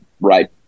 right